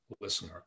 listener